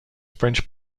french